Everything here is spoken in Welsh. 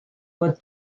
fod